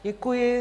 Děkuji.